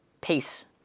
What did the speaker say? Peace